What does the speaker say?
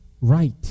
right